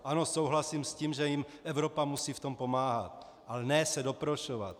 Ano, souhlasím s tím, že jim Evropa musí v tom pomáhat, ale ne se doprošovat.